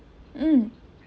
mm